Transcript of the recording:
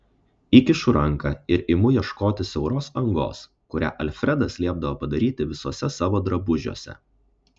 įkišu ranką ir imu ieškoti siauros angos kurią alfredas liepdavo padaryti visuose savo drabužiuose